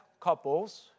couples